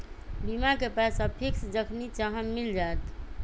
बीमा के पैसा फिक्स जखनि चाहम मिल जाएत?